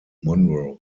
monroe